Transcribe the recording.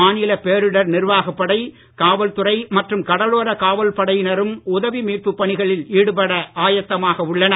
மாநில பேரிட நிர்வாகப் படை காவல் துறை மற்றும் கடலோர காவல் படையினரும் உதவி மீட்பு பணிகளில் ஈடுபட ஆயத்தமாக உள்ளனர்